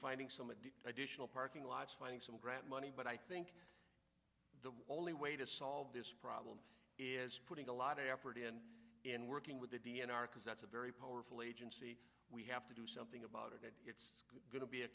finding some additional parking lots finding some grant money but i think the only way to solve this problem is putting a lot of effort in working with the d n r because that's a very powerful agency we have to do something about it it's going to be a